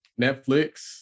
Netflix